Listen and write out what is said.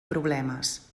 problemes